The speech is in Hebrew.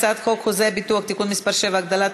חוזה הביטוח (תיקון מס' 7) (הגדלת